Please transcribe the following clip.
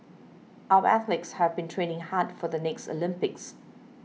our athletes have been training hard for the next Olympics